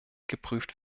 geprüft